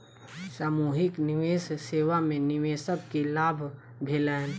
सामूहिक निवेश सेवा में निवेशक के लाभ भेलैन